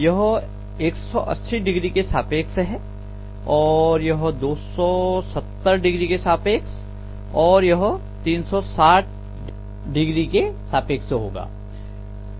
यह180Oके सापेक्ष है और यह 270Oके सापेक्ष और यह360Oके सापेक्ष होगा